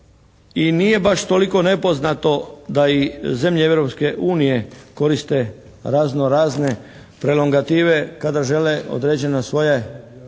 i nije baš toliko nepoznato da i zemlje Europske unije koriste razno razne prelongative kada žele određeno svoje